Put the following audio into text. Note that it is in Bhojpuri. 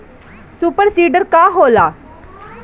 सुपर सीडर का होला?